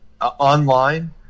online